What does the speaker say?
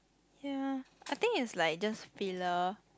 ya I think is like just filial